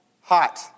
hot